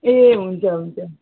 ए हुन्छ हुन्छ